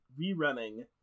rerunning